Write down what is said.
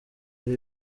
ari